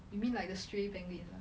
you mean like the stray penguins ah